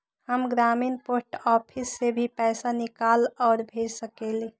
हम ग्रामीण post office से भी पैसा निकाल और भेज सकेली?